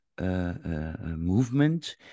movement